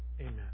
Amen